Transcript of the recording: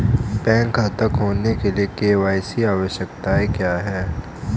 Bank खाता खोलने के लिए के.वाई.सी आवश्यकताएं क्या हैं?